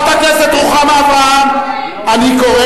שנתיים זה הרבה